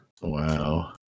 Wow